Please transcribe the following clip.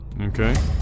Okay